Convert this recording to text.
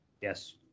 Yes